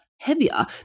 heavier